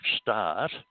start